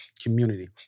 community